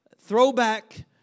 throwback